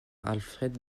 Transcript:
alfred